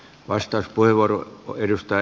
arvoisa puhemies